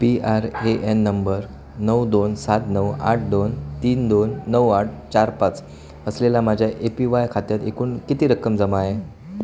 P R A N number नऊ दोन सात नऊ आठ दोन तीन दोन नऊ आठ चार पाच असलेल्या माझ्या ए पी वाय खात्यात एकूण किती रक्कम जमा आहे